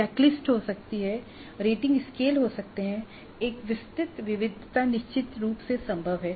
checklist हो सकती हैं रेटिंग स्केल हो सकते हैं एक विस्तृत विविधता निश्चित रूप से संभव है